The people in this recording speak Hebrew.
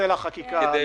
ונידרש לכספים נוספים, כל